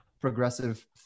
progressive